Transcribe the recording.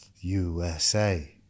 USA